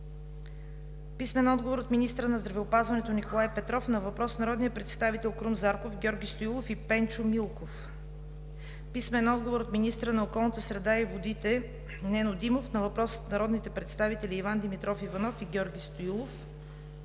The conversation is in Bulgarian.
Петров; - министъра на здравеопазването Николай Петров на въпрос от народните представители Крум Зарков, Георги Стоилов и Пенчо Милков; - министъра на околната среда и водите Нено Димов на въпрос от народните представители Иван Димитров Иванов и Георги Стоилов;